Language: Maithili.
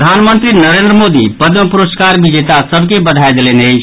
प्रधानमंत्री नरेन्द्र मोदी पद्म पुरस्कार विजेता सभ के बधाई देलनि अछि